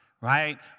right